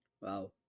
wow